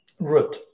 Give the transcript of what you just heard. root